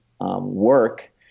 work